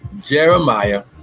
Jeremiah